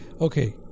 Okay